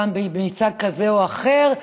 פעם במיצג כזה או אחר,